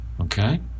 okay